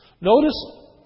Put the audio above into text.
Notice